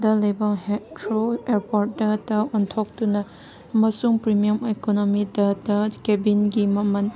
ꯗ ꯂꯩꯕ ꯍꯦꯠꯊ꯭ꯔꯣ ꯑꯣꯌꯔꯄꯣꯔꯠꯇ ꯑꯣꯟꯊꯣꯛꯇꯨꯅ ꯑꯃꯁꯨꯡ ꯄ꯭ꯔꯤꯃꯤꯌꯝ ꯑꯦꯀꯣꯅꯣꯃꯤꯗ ꯀꯦꯕꯤꯟꯒꯤ ꯃꯃꯜ